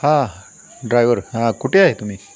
हां ड्रायवर हां कुठे आहे तुम्ही